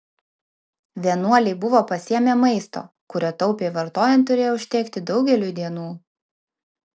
vienuoliai buvo pasiėmę maisto kurio taupiai vartojant turėjo užtekti daugeliui dienų